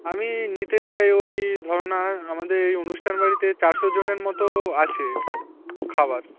আমি নিতে চাই ওই ধরো না আমাদের এই অনুষ্ঠান বাড়িতে চারশো জনের মতো আছে খাওয়ার